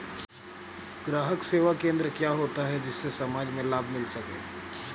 ग्राहक सेवा केंद्र क्या होता है जिससे समाज में लाभ मिल सके?